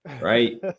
right